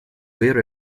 vero